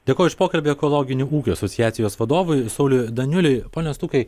dėkoju už pokalbį ekologinių ūkių asociacijos vadovui sauliui daniuliui pone stukai